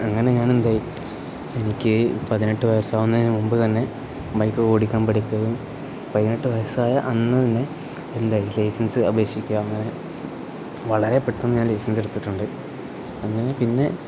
അങ്ങനെ ഞാൻ എന്തായി എനിക്ക് പതിനെട്ട് വയസ്സാകുന്നതിന് മുമ്പ് തന്നെ ബൈക്ക് ഓടിക്കാൻ പഠിക്കുന്നതും പതിനെട്ട് വയസ്സായ അന്ന് തന്നെ എന്തായി ലൈസൻസ് അപേക്ഷിക്കുക അങ്ങനെ വളരെ പെട്ടെന്ന് ഞാൻ ലൈസൻസ് എടുത്തിട്ടുണ്ട് അങ്ങനെ പിന്നെ